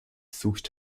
sucht